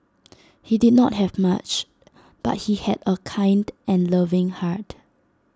he did not have much but he had A kind and loving heart